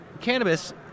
cannabis